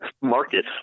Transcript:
market